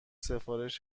سفارش